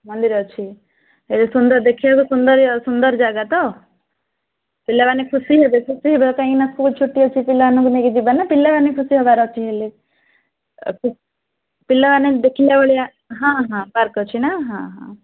ମନ୍ଦିର ଅଛି ଏବେ ସୁନ୍ଦର ଦେଖିବାକୁ ସୁନ୍ଦର ସୁନ୍ଦର ଜାଗା ତ ପିଲାମାନେ ଖୁସି ହେବେ ଖୁସି ହେବେ କାହିଁକି ନା ସ୍କୁଲ ଛୁଟି ଅଛି ପିଲାମାନଙ୍କୁ ନେଇକି ଯିବା ନା ପିଲାମାନେ ଖୁସି ହେବାର ଅଛି ହେଲେ ପିଲାମାନେ ଦେଖିଲା ଭଳିଆ ହଁ ହଁ ପାର୍କ ଅଛି ନା ହଁ ହଁ